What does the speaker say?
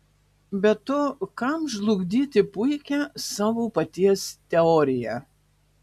be to kam žlugdyti puikią savo paties teoriją